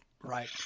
Right